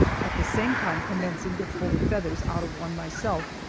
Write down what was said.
at the same time commencing to pull the feathers out of one myself.